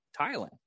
Thailand